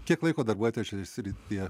kiek laiko darbuojatės šitoj srityje